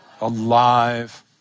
Alive